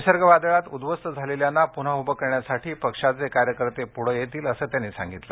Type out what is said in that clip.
निसर्ग वादळात उद्ध्वस्त झालेल्यांना पुन्हा उभं करण्यासाठी पक्षाचे कार्यकर्ते पुढं येतील असं त्यांनी सांगितलं